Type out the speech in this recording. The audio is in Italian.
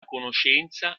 conoscenza